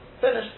Finished